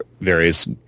various